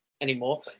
anymore